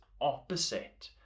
opposite